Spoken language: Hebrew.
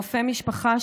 רופא משפחה,